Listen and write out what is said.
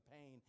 pain